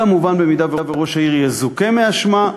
כמובן, במידה שראש העיר יזוכה מאשמה,